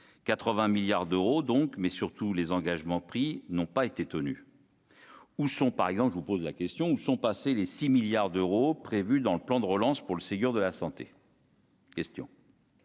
80 milliards d'euros, donc, mais surtout les engagements pris n'ont pas été tenues où sont, par exemple, je vous pose la question : où sont passés les 6 milliards d'euros prévus dans le plan de relance pour le Ségur de la santé.